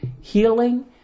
healing